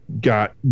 got